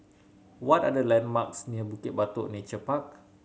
what are the landmarks near Bukit Batok Nature Park